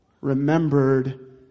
remembered